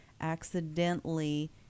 accidentally